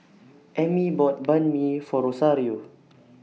Emmy bought Banh MI For Rosario